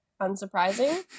unsurprising